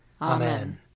Amen